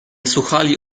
słuchali